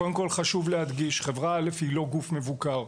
קודם כל חשוב להדגיש, חברה א' היא לא גוף מבוקר.